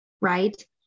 right